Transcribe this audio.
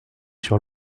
sur